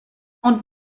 ond